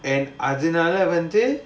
and அதுனால வந்து:adhunaala vandhu